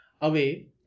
away